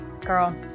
Girl